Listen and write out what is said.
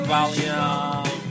Volume